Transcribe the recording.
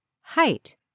Height